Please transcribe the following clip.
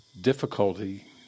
difficulty